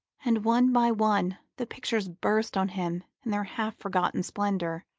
and one by one the pictures burst on him in their half-forgotten splendour,